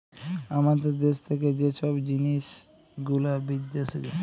আমাদের দ্যাশ থ্যাকে যে ছব জিলিস গুলা বিদ্যাশে যায়